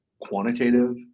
quantitative